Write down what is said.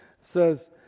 says